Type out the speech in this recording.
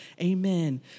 Amen